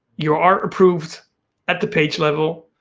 you are approved at the page level,